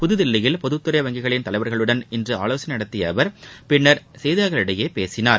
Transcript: புதுதில்லியில் பொதுத் துறை வங்கிகளின் தலைவர்களுடன் இன்று ஆலோசனை நடத்திய அவர் பின்னர் செய்தியாளர்களிடம் பேசினார்